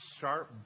sharp